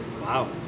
Wow